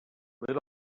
lit